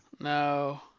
No